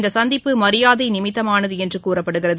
இந்தசந்திப்பு மரியாதைநிமித்தமானதுஎன்றுகூறப்படுகிறது